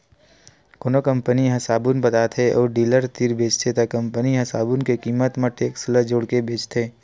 कोनो कंपनी ह साबून बताथे अउ डीलर तीर बेचथे त कंपनी ह साबून के कीमत म टेक्स ल जोड़के बेचथे